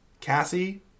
Cassie